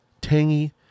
tangy